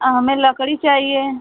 हमें लकड़ी चाहिए